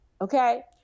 Okay